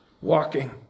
walking